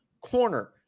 corner